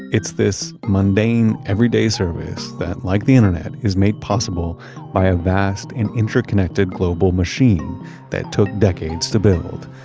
it's this mundane everyday service, that like the internet, is made possible by a vast and interconnected global machine that took decades to build.